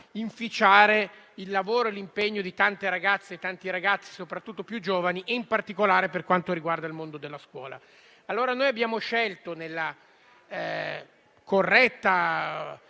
inficiare il lavoro e l'impegno di tante ragazze e di tanti ragazzi, soprattutto più giovani, in particolare per quanto riguarda il mondo della scuola. Pertanto, nella corretta